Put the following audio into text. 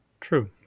True